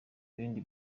bindi